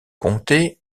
comté